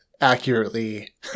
accurately